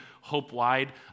hope-wide